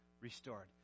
restored